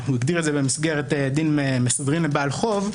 הוא הגדיר את זה במסגרת דין "מסדרין לבעל חוב",